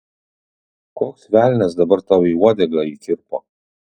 koks velnias dabar tau į uodegą įkirpo